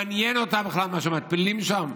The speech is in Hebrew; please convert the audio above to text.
מעניין אותה בכלל מה שמתפללים שם?